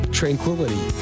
tranquility